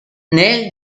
nel